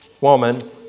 woman